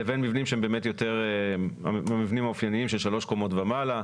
לבין המבנים האופייניים של שלוש קומות ומעלה,